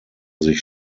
sich